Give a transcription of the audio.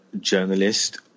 journalist